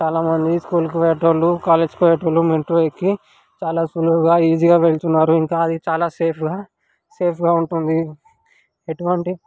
చాలా మంది స్కూల్కి పోయేవాళ్ళు కాలేజ్కి పోయేవాళ్ళు మెట్రో ఎక్కి చాలా సులువుగా ఈజీగా వెళుతున్నారు ఇంకా అది చాలా సేఫ్గా సేఫ్గా ఉంటుంది ఎటువంటి